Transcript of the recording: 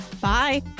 Bye